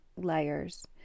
layers